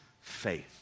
faith